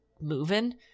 moving